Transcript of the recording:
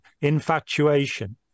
infatuation